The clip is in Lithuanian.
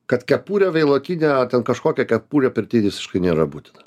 kad kepurė veilokinė ten kažkokia kepurė pirty visiškai nėra būtina